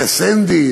זה "סנדי"?